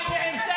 מה הוא אומר?